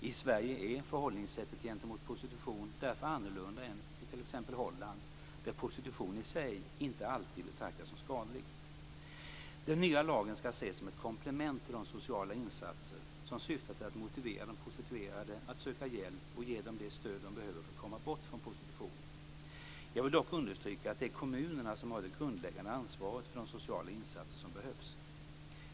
I Sverige är förhållningssättet gentemot prostitution därför annorlunda än i t.ex. Holland, där prostitution i sig inte alltid betraktas som skadlig. Den nya lagen skall ses som ett komplement till de sociala insatser som syftar till att motivera de prostituerade att söka hjälp och till att ge dem det stöd de behöver för att komma bort från prostitutionen. Jag vill dock understryka att det är kommunerna som har det grundläggande ansvaret för de sociala insatser som behövs.